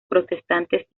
protestantes